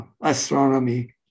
astronomy